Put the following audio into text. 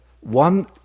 One